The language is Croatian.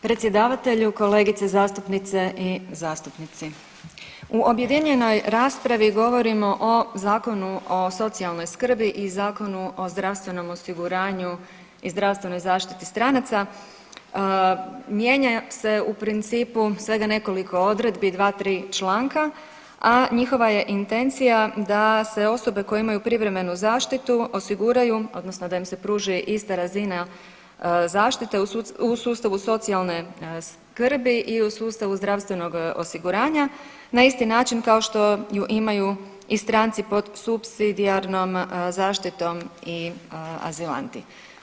Predsjedavatelju, kolegice zastupnice i zastupnici, u objedinjenoj raspravi govorimo o Zakonu o socijalnoj skrbi i Zakonu o zdravstvenom osiguranju i zdravstvenoj zaštiti stranaca, mijenja se u principu svega nekoliko odredbi, dva, tri članka, a njihova je intencija da se osobe koje imaju privremenu zaštitu osiguraju odnosno da im se pruži ista razina zaštite u sustavu socijalne skrbi i u sustavu zdravstvenog osiguranja na isti način kao što ju imaju i stranci pod supsidijarnom zaštitom i azilanti.